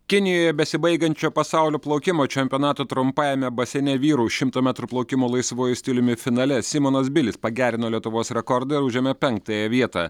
kinijoje besibaigiančio pasaulio plaukimo čempionato trumpajame baseine vyrų šimto metrų plaukimo laisvuoju stiliumi finale simonas bilis pagerino lietuvos rekordą ir užėmė penktąją vietą